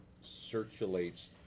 circulates